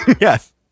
Yes